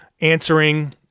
answering